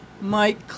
Mike